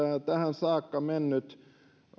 tähän saakka mennyt